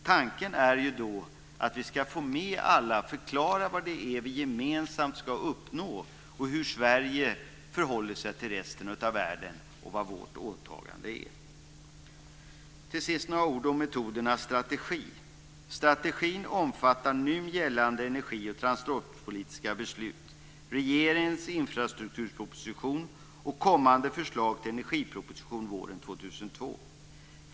Tanken är att få med alla och förklara vad det är vi gemensamt ska uppnå, hur Sverige förhåller sig till resten av världen och vad vårt åtagande är. Till sist ska jag säga några ord om metod och strategi. Strategin omfattar nu gällande energi och transportpolitiska beslut, regeringens infrastrukturproposition och kommande förslag till energiproposition våren 2002.